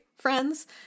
friends